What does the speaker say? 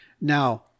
Now